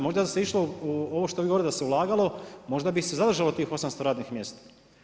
Možda se išlo u ovo što vi govorite da se ulagalo, možda bi se zadržalo tih 800 radnih mjesta.